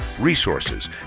resources